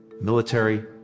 military